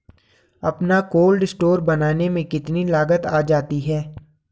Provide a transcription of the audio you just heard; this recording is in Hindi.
अपना कोल्ड स्टोर बनाने में कितनी लागत आ जाती है?